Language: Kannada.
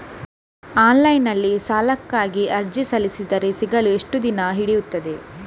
ಆನ್ಲೈನ್ ನಲ್ಲಿ ಸಾಲಕ್ಕಾಗಿ ಅರ್ಜಿ ಸಲ್ಲಿಸಿದರೆ ಸಿಗಲು ಎಷ್ಟು ದಿನ ಹಿಡಿಯುತ್ತದೆ?